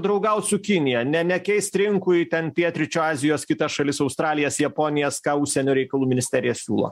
draugaut su kinija ne nekeist rinkų į ten pietryčių azijos kitas šalis australijas japonijas ką užsienio reikalų ministerija siūlo